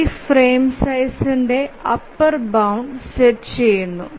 ഇത് ഫ്രെയിം സൈസ്ന്ടെ upper bound set ചെയുന്നു